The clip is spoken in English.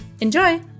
Enjoy